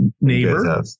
neighbor